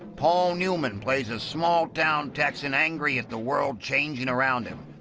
paul newman plays a small-town texan, angry at the world changing around him.